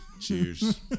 Cheers